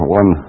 one